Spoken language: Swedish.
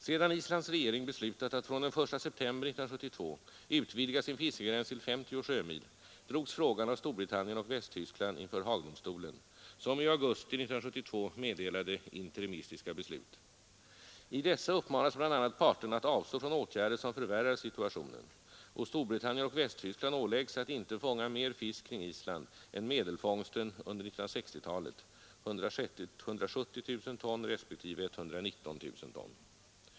Sedan Islands regering beslutat att från den 1 september 1972 utvidga sin fiskegräns till 50 sjömil drogs frågan av Storbritannien och Västtyskland inför Haagdomstolen, som i augusti 1972 meddelade interimistiska beslut. I dessa uppmanas bl.a. parterna att avstå från åtgärder som förvärrar situationen, och Storbritannien och Västtyskland åläggs att inte fånga mer fisk kring Island än medelfångsten under 1960-talet, 170 000 ton respektive 119 000 ton.